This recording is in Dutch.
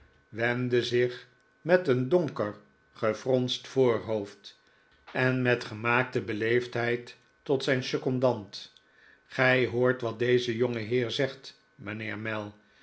wendde zich met een donker gefronst voorhoofd en met gemaakte beleefdheid tot zijn secondant gij hoort wat deze jongeheer zegt mijnheer mell